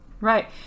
Right